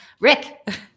Rick